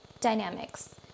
dynamics